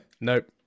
Nope